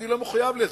אני לא מחויב לזה,